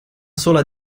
sola